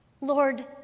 Lord